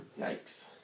Yikes